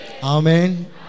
Amen